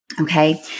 Okay